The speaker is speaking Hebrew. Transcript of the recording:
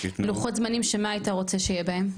לוחות זמנים שמה היית רוצה שיהיה בהם?